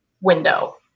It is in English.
window